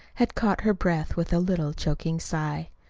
had caught her breath with a little choking sigh.